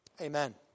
Amen